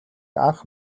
анх